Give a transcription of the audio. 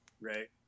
right